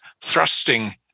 thrusting